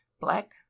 black